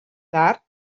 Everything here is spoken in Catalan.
tard